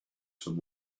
some